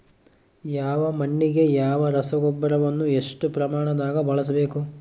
ಯಾವ ಮಣ್ಣಿಗೆ ಯಾವ ರಸಗೊಬ್ಬರವನ್ನು ಎಷ್ಟು ಪ್ರಮಾಣದಾಗ ಬಳಸ್ಬೇಕು?